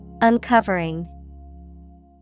Uncovering